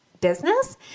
business